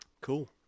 Cool